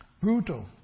brutal